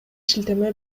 шилтеме